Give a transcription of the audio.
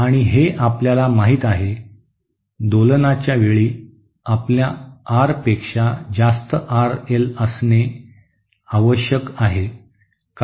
आणि हे आपल्याला माहित आहे दोलनाच्या वेळी आपल्या आर पेक्षा जास्त आर एल असणे आवश्यक आहे